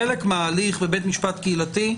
חלק מההליך בבית משפט קהילתי,